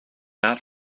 not